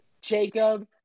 Jacob